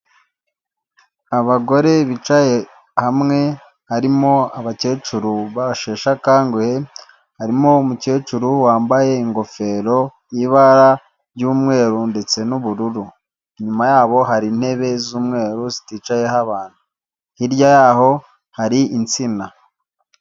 Abagore bicaye hamwe harimo abakecuru basheshakanguhe harimo umukecuru wambaye ingofero y'ibara ry'umweru ndetse n'ubururu inyuma yabo hari intebe z'umweru ziticayeho abantu hirya y'aho hari insina.